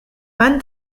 van